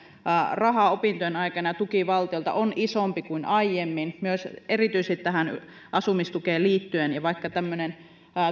raha opintojen aikana ja tuki valtiolta on isompi kuin aiemmin myös erityisesti tähän asumistukeen liittyen vaikka tämmöinen